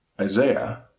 Isaiah